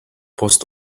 post